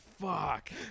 Fuck